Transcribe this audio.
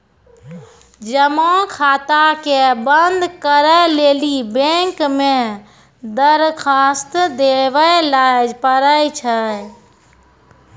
जमा खाता के बंद करै लेली बैंक मे दरखास्त देवै लय परै छै